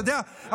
אתה יודע,